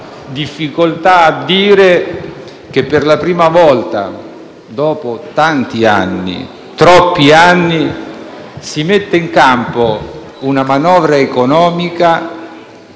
difficoltà a dire che, per la prima volta, dopo troppi anni, si mette in campo una manovra economica